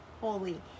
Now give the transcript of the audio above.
holy